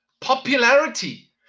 Popularity